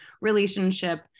relationship